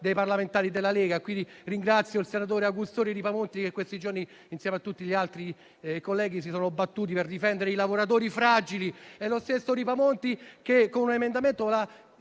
dei parlamentari della Lega e quindi ringrazio i senatori Augussori e Ripamonti, che in questi giorni, insieme a tutti gli altri colleghi, si sono battuti per difendere i lavoratori fragili. Il senatore Ripamonti, ad esempio, con un emendamento